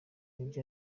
nibyo